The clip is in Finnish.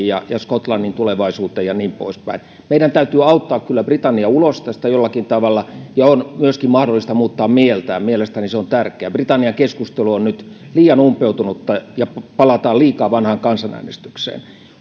ja skotlannin tulevaisuuteen ja niin poispäin meidän täytyy kyllä auttaa britannia ulos tästä jollakin tavalla on myöskin mahdollista muuttaa mieltään mielestäni se on tärkeää britannia keskustelu on nyt liian umpeutunutta ja palataan liikaa vanhaan kansanäänestykseen